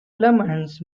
lemons